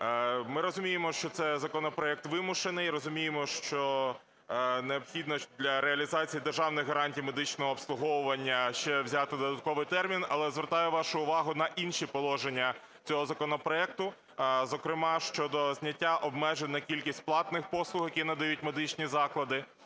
Ми розуміємо, що це законопроект вимушений, розуміємо, що необхідно для реалізації державних гарантій медичного обслуговування ще взяти додатковий термін, але звертаю вашу увагу на інші положення цього законопроекту, зокрема щодо зняття обмежень на кількість платних послуг, які надають медичні заклади,